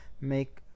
make